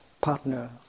partner